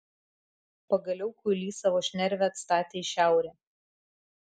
pagaliau kuilys savo šnervę atstatė į šiaurę